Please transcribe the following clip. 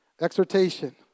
exhortation